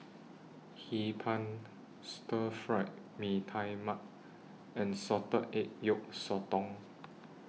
Hee Pan Stir Fried Mee Tai Mak and Salted Egg Yolk Sotong